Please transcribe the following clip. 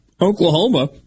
Oklahoma